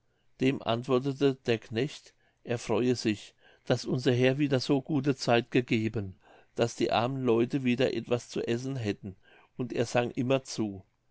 dem antwortet der knecht er freue sich daß unser herr wieder so gute zeit gegeben daß die armen leute wieder etwas zu essen hätten und er sang immer zu